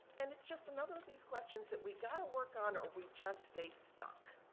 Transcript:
and, it's just another of these questions that we got to work on or we just stay stuck.